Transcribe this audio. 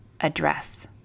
address